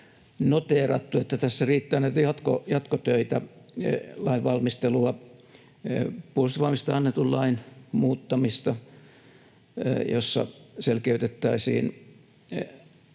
että tässä riittää jatkotöinä lainvalmistelua: Puolustusvoimista annetun lain muuttamista, jossa selkeytettäisiin